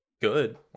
good